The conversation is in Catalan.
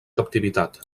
captivitat